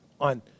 on